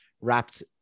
wrapped